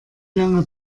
lange